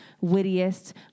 wittiest